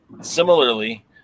similarly